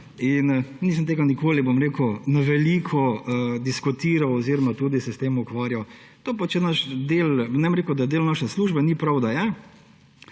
in nisem tega nikoli na veliko diskutiral oziroma se s tem ukvarjal. To je naš del, ne bom rekel, da del naše službe – ni prav, da je